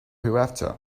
hereafter